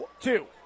two